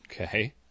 Okay